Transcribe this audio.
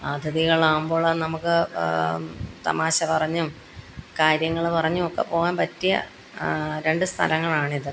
അതിഥികളാകുമ്പോള് നമുക്ക് തമാശ പറഞ്ഞും കാര്യങ്ങള് പറഞ്ഞുമൊക്കെ പോകാൻ പറ്റിയ രണ്ട് സ്ഥലങ്ങളാണിത്